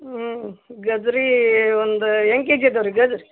ಹ್ಞೂ ಗಜ್ಜರಿ ಒಂದು ಹೆಂಗ್ ಕೆ ಜಿ ಇದಾವ್ ರೀ ಗಜ್ಜರಿ